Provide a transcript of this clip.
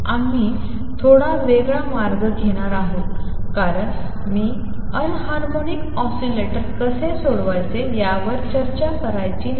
आम्ही थोडा वेगळा मार्ग घेणार आहोत कारण मी एनहार्मोनिक ऑसीलेटर कसे सोडवायचे यावर चर्चा करायची नाही